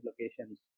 locations